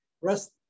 rest